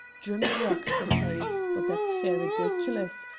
drimdarroch, says he, but that's fair rideeculous,